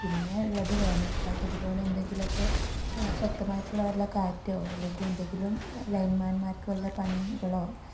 പിന്നെ ഉള്ളത് വേനൽക്കാലത്ത് ഇതുപോലെ എന്തെങ്കിലൊക്കെ ശക്തമായിട്ടുള്ള വല്ല കാറ്റോ അല്ലെങ്കിൽ എന്തെങ്കിലും ലൈൻമാൻമാർക്ക് വല്ല പണികളോ